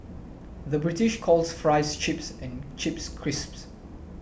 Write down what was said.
the British calls Fries Chips and Chips Crisps